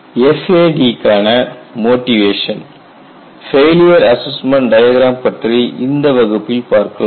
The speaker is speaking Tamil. Refer Slide Time 2039 FAD க்கான மோட்டிவேஷன் ஃபெயிலியர் அசஸ்மெண்ட் டயக்ராம் பற்றி இந்த வகுப்பில் பார்க்கலாம்